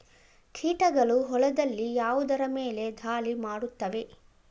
ಕೀಟಗಳು ಹೊಲದಲ್ಲಿ ಯಾವುದರ ಮೇಲೆ ಧಾಳಿ ಮಾಡುತ್ತವೆ?